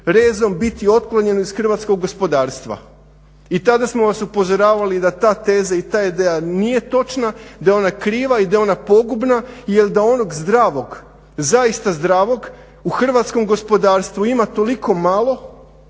rezom biti otklonjeno iz hrvatskog gospodarstva i tada smo vas upozoravali da ta teza i ta ideja nije točna, da je ona kriva i da je ona pogodna jel da onog zdravog, zaista zdravog u hrvatskom gospodarstvu ima toliko malo